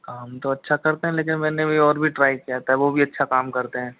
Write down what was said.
काम तो अच्छा करते हैं लेकिन मैंने और भी ट्राइ किया था वो भी अच्छा काम करते हैं